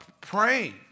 praying